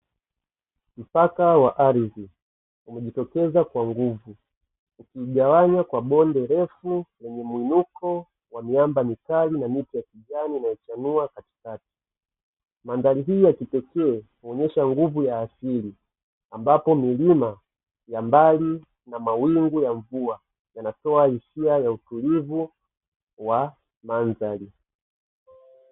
Mpaka wa ardhi umejitokeza kwa nguvu ikigawanywa kwa bonde refu kwenye mwinuko wa miamba mikali na miti ya kijani inayochanua katika madhari hii ya kipekee, kuonyesha nguvu ya asili, ambapo milima ya mbali na mawingu ya mvua yanatoa hisia ya utulivu wa mandhari.